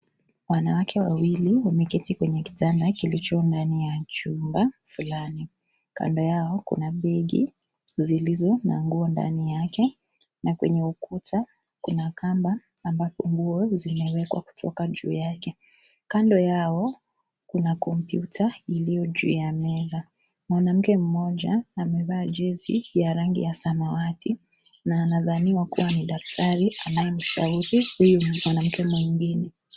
Wanawake wawili wameketi kwenye kitanda kilicho ndani ya chumba fulani, kando yao kuna begi zilizo na nguo ndani yake, na kwenye ukuta kuna kama ambapo nguo zimewekwa juu yake. Kando yao kuna kompyuta iliyo juu ya meza. Mwanamke mmoja amevaa jezi ya rangi ya samawati, na anadhaniwa kuwa ni daktari anayemshauri huyu mwanamke mwingine.